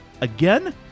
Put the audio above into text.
Again